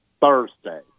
Thursday